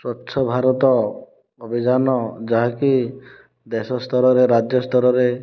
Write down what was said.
ସ୍ୱଚ୍ଛଭାରତ ଅଭିଯାନ ଯାହାକି ଦେଶ ସ୍ତରରେ ରାଜ୍ୟ ସ୍ତରରେ